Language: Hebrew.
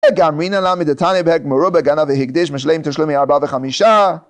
ואמרינן נמי דתניא בפרק מרובה, גנב והקדיש, משלם תשלומי ארבעה וחמישה.